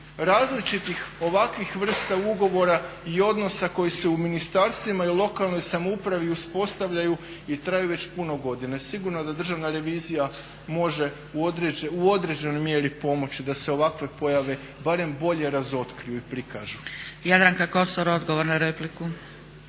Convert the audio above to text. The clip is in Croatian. različitih ovakvih vrsta ugovora i odnosa koji se u ministarstvima i u lokalnoj samoupravi uspostavljaju i traju već puno godina. I sigurno da Državna revizija može u određenoj mjeri pomoći da se ovakve pojave barem bolje razotkriju i prikažu. **Zgrebec, Dragica (SDP)** Jadranka Kosor odgovor na repliku.